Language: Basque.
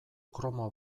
kromo